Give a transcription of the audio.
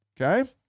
Okay